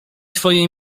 twojej